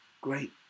Great